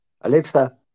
Alexa